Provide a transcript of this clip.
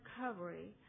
recovery